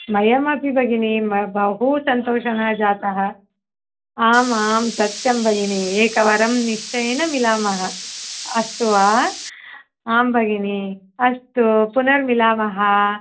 मह्यमपि भगिनि बहु सन्तोषः जातः आम् आं सत्यं भगिनि एकवारं निश्चयेन मिलामः अस्तु वा आं भगिनि अस्तु पुनर्मिलामः